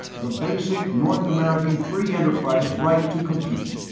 the basic north american free enterprise right to compete.